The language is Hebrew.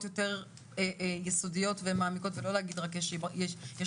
יותר יסודיות ומעמיקות ולא להגיד רק יש מחלוקת,